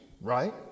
right